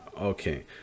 okay